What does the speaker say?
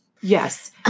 Yes